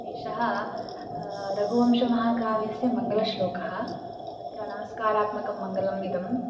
एषः रघुवंशमहाकाव्यस्य मङ्गलश्लोकः तत्र नमस्कारात्मकं मङ्गलम् इदं